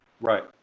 Right